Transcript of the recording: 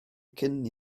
cyn